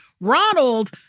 Ronald